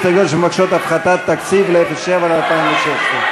הסתייגויות שמבקשות הפחתת תקציב בסעיף 07 ל-2016.